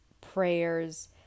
prayers